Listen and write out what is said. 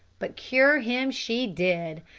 but cure him she did,